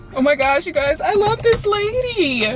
oh my gosh, you guys, i love this lady. yeah